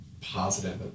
positive